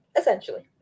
Essentially